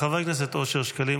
חבר הכנסת אושר שקלים,